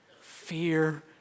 fear